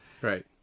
Right